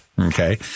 Okay